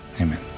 amen